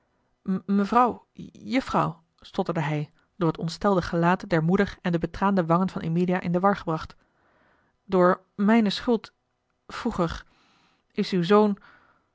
mevrouw juffrouw stotterde hij door het ontstelde gelaat der eli heimans willem roda moeder en de betraande wangen van emilia in de war gebracht door mijne schuld vroeger is uw zoon